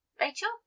Rachel